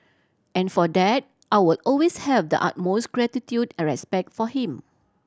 and for that I will always have the utmost gratitude and respect for him